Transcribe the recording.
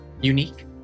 unique